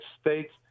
States